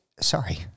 sorry